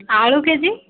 ଆଳୁ K G